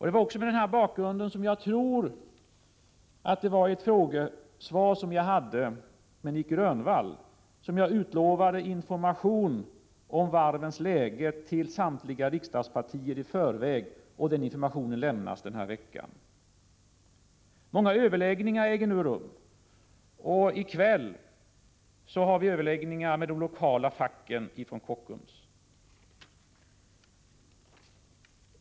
Det var mot denna bakgrund som jag i ett frågesvar till Nic Grönvall utlovade information om varvens läge till samtliga riksdagspartier i förväg, och denna information kommer att lämnas nu i veckan. Många överläggningar äger nu rum, och i kväll har vi överläggningar med de lokala facken på Kockums.